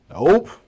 nope